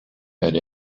had